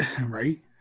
Right